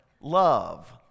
love